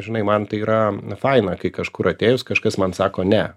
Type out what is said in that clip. žinai man tai yra faina kai kažkur atėjus kažkas man sako ne